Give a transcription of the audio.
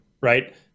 right